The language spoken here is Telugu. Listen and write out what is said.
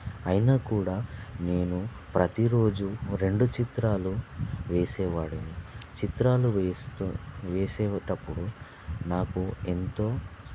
అయినా కూడా నేను ప్రతి రోజు రెండు చిత్రాలు వేసేవాడిని చిత్రాలు వేస్తూ వేసేటప్పుడు నాకు ఎంతో